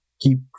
keep